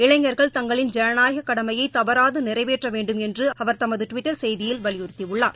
இளைஞர்கள் தங்களின் ஜனநாயகக் கடமையை தவறாது நிறைவேற்ற வேண்டும் என்று அவர் தமது டுவிட்டர் செய்தியில் வலியுறுத்தியுள்ளார்